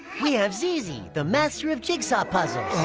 we have zizi, the master of jigsaw puzzles.